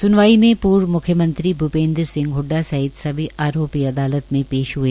स्नवाई में पूर्व म्ख्यमंत्री भूपेंद्र सिंह हड्डा सहित सभी आरोपी अदालत में पेश हए